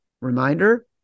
Reminder